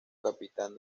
capitán